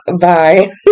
Bye